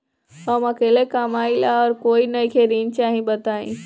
हम अकेले कमाई ला और कोई नइखे ऋण चाही बताई?